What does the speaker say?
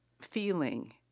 feeling